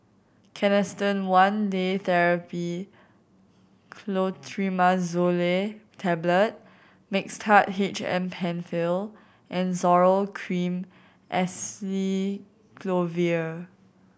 Canesten One Day Therapy Clotrimazole Tablet Mixtard H M Penfill and Zoral Cream Acyclovir